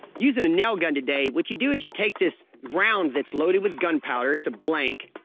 using a nail gun today. what you do is you take this round that's loaded with gunpowder. it's a blank.